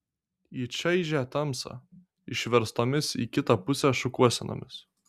į čaižią tamsą išverstomis į kitą pusę šukuosenomis